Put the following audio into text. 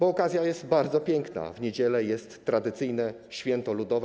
Okazja jest bardzo piękna, w niedzielę jest tradycyjne święto ludowe.